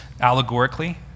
allegorically